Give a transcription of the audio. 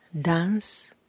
dance